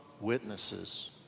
witnesses